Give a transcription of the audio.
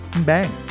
Bang